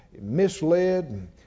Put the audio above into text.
misled